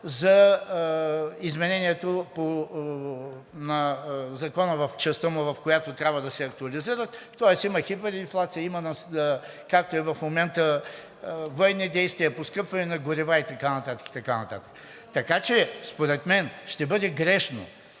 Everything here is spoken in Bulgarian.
за изменението на Закона в частта му, в която трябва да се актуализира. Тоест, има хиперинфлация, както е в момента, военни действия, поскъпване на горива и така нататък. Според мен ще бъде грешно,